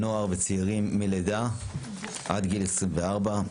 נוער וצעירים מלידה עד גיל 24,